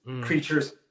creatures